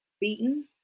beaten